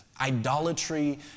idolatry